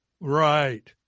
Right